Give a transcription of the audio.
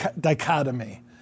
dichotomy